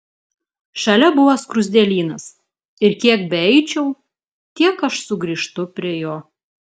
šalia buvo skruzdėlynas ir kiek beeičiau tiek aš sugrįžtu prie jo